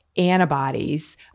antibodies